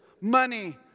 money